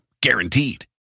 Guaranteed